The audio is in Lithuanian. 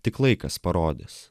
tik laikas parodys